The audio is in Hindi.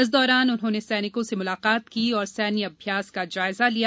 इस दौरान उन्होंने सैनिकों से मुलाकात की और सैन्य अभ्यास का जायजा लिया